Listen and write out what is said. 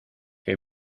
que